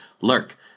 lurk